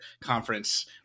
conference